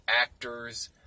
actors